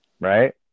right